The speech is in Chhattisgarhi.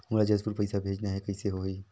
मोला जशपुर पइसा भेजना हैं, कइसे होही?